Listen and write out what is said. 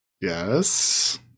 Yes